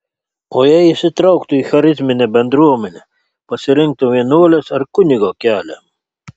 o jei įsitrauktų į charizminę bendruomenę pasirinktų vienuolės ar kunigo kelią